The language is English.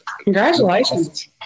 congratulations